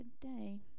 today